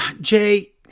Jay